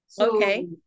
Okay